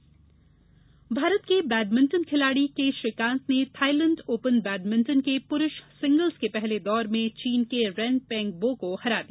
badminton Bharat के badminton खिलाड़ी K Srikanth ने थाइलैंड ओपन बैडमिंटन के पुरूष सिंगल्स के पहले दौर में चीन के रेन पेंग बो को हरा दिया